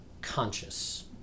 conscious